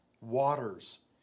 waters